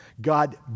God